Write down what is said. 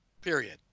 Period